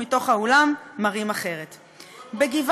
אתם מצפים שנקבל אותם כנראה גם ב"דגל-שק",